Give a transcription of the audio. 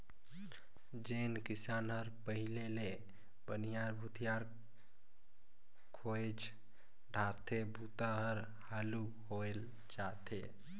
जेन किसान हर पहिले ले बनिहार भूथियार खोएज डारथे बूता हर हालू होवय जाथे